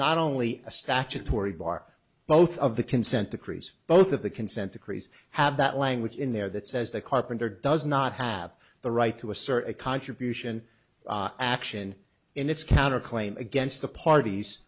not only a statutory bar both of the consent decrees both of the consent decrees have that language in there that says that carpenter does not have the right to assert a contribution action in its counter claim against the parties